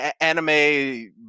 anime